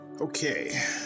Okay